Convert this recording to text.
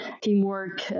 teamwork